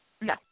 No